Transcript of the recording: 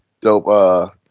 dope